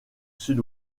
sud